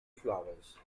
flowers